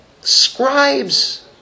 scribes